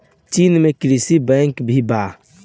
चीन में कृषि बैंक भी बा